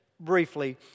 briefly